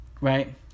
right